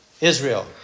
Israel